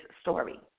story